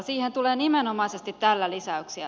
siihen tulee nimenomaisesti tällä lisäyksiä